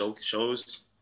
shows